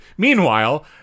Meanwhile